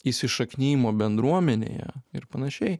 įsišaknijimo bendruomenėje ir panašiai